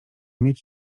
mieć